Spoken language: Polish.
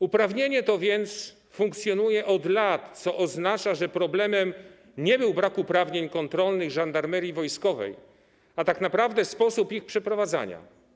Uprawnienie to więc funkcjonuje od lat, co oznacza, że problemem nie był brak uprawnień kontrolnych Żandarmerii Wojskowej, a tak naprawdę sposób ich przeprowadzania.